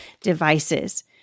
devices